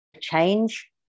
change